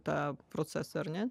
tą procesą ar ne